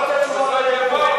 לא נותן תשובה על אי-אמון.